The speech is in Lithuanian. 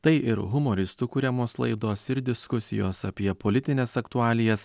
tai ir humoristų kuriamos laidos ir diskusijos apie politines aktualijas